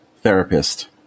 therapist